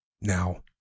Now